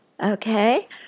Okay